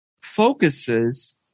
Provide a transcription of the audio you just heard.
focuses